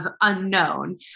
unknown